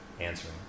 answering